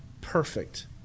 perfect